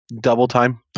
double-time